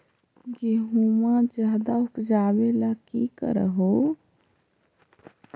गेहुमा ज्यादा उपजाबे ला की कर हो?